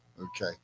Okay